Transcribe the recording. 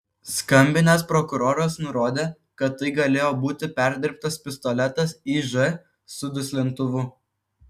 skambinęs prokuroras nurodė kad tai galėjo būti perdirbtas pistoletas iž su duslintuvu